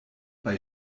bei